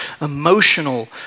emotional